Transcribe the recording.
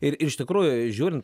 ir iš tikrųjų žiūrint